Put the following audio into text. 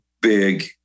big